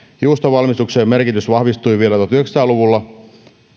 juustonvalmistuksen merkitys vahvistui vielä tuhatyhdeksänsataa luvulla